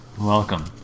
Welcome